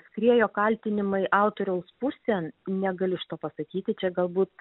skriejo kaltinimai autoriaus pusėn negaliu šito pasakyti čia galbūt